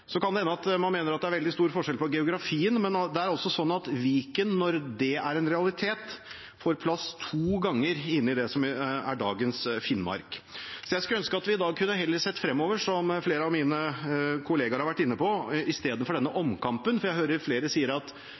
Så kan det hende at man mener at det er veldig store forskjeller på geografien, men det er altså sånn at Viken – når det er en realitet – får plass to ganger inne i det som er dagens Finnmark. Så jeg skulle ønske at vi i dag heller kunne se fremover, som flere av mine kollegaer har vært inne på, i stedet for denne omkampen. For jeg hører flere si at